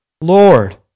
Lord